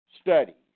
study